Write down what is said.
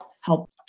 help